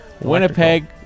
Winnipeg